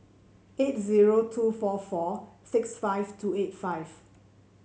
eight zero two four four six five two eight five